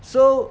so